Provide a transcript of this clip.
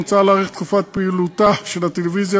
מוצע להאריך את תקופת פעילותה של הטלוויזיה